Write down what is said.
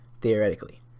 theoretically